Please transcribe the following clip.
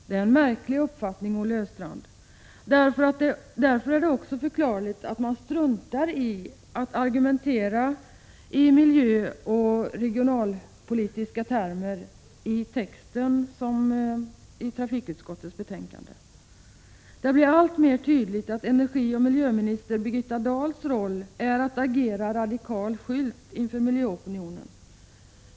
Det är en märklig uppfattning, Olle Östrand. Därför är det också förklarligt att majoriteten struntar i att argumentera i miljöoch regionalpolitiska termer i texten i trafikutskottets betänkande. Det blir alltmer tydligt att miljöoch energiminister Birgitta Dahls roll är att agera radikal skylt inför miljöopinionen.